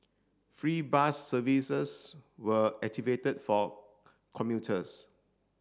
free bus services were activated for commuters